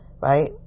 Right